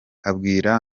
abwira